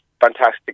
fantastic